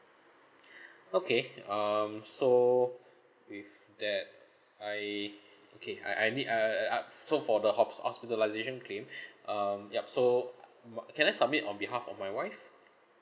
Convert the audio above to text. okay um so with that I okay I I need so for the hops~ hospitalisation claim um yup so uh m~ can I submit on behalf of my wife